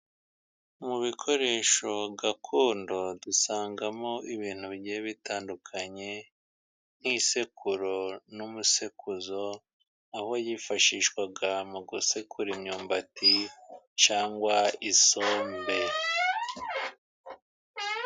Mu bikoresho gakondo dusangamo ibintu bigiye bitandukanye, nk'isekuro n'umusekuzo, aho yifashishwaga mu gusekura imyumbati, cyangwa isombe.